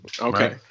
Okay